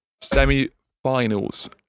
Semi-finals